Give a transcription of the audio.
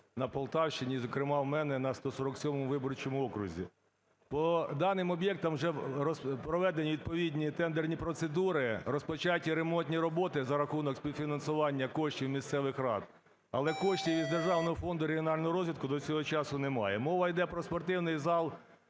на Полтавщині, і, зокрема, в мене на 147 виборчому окрузі. По даним об'єктам вже проведені відповідні тендерні процедури, розпочаті ремонтні роботи за рахунокспівфінансування коштів місцевих рад. Але коштів із Державного фонду регіонального розвитку до цього часу немає. Мова йде про спортивний